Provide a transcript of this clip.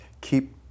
keep